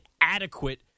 adequate